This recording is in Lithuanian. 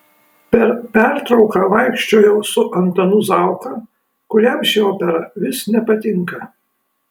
per pertrauką vaikščiojau su antanu zauka kuriam ši opera vis nepatinka